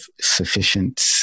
sufficient